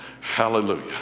hallelujah